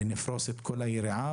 נפרוס את כל היריעה,